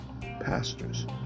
pastors